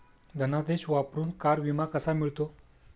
धनादेश वापरून कार विमा कसा मिळतो?